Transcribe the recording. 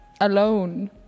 alone